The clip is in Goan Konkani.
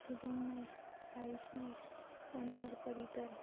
शुभम नायक साईश नायक मनोहर पर्रिकर